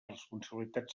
responsabilitat